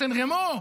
סן רמו.